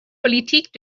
politiques